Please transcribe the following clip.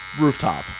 rooftop